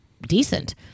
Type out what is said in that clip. decent